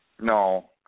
No